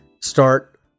start